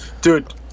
Dude